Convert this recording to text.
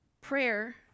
Prayer